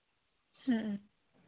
ᱦᱮᱸ